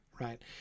right